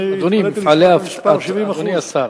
אני התפלאתי על המספר 70% אדוני השר,